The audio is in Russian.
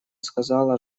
сказала